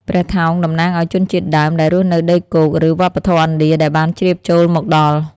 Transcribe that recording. ព្រះថោង តំណាងឲ្យជនជាតិដើមដែលរស់នៅដីគោក ឬវប្បធម៌ឥណ្ឌាដែលបានជ្រាបចូលមកដល់។